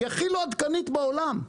שהיא הכי לא עדכנית בעולם,